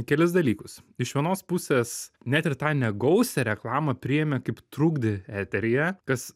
kelis dalykus iš vienos pusės net ir tą negausią reklamą priėmė kaip trukdį eteryje kas